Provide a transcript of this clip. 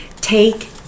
Take